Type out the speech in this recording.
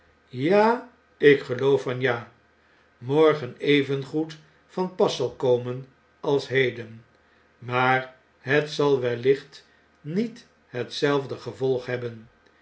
ja ik geloof van ja morgen evengoed van pas zalkomenals heden maar het zal wellicht niet hetzelfde gevolg hebben